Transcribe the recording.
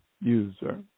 user